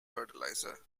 fertilizer